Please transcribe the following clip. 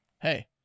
Hey